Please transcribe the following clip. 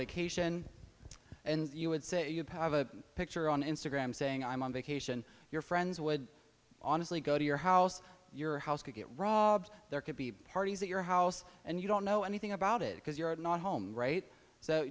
vacation and you would say you have a picture on instagram saying i'm on vacation your friends would honestly go to your house your house could get robbed there could be parties at your house and you don't know anything about it because you're not home right so